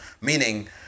Meaning